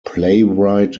playwright